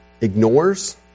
ignores